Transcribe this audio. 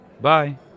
bye